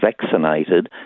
vaccinated